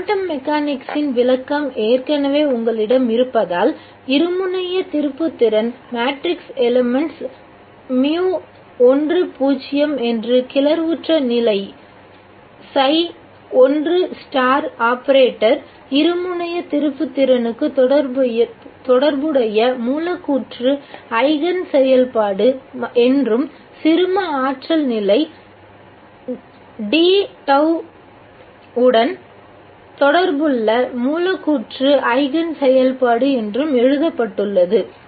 quantum மெக்கானிக்ஸின் விளக்கம் ஏற்கெனவே உங்களிடம் இருப்பதால் இருமுனைய திருப்புத்திறன் மேட்ரிக்ஸ் எலிமெண்ட்ஸ் மியூ 1 0 என்பது கிளர்வுற்ற நிலை ஸை 1 ஸ்டார் ஆபரேட்டர் இருமுனையத் திருப்புத்திறனுக்கு தொடர்புடைய மூலக்கூற்று ஐகேன் செயல்பாடு என்றும் சிறும ஆற்றல் நிலை d டவ் உடன் தொடர்புள்ள மூலக்கூற்று ஐகேன் செயல்பாடு என்றும் எழுதப்பட்டுள்ளது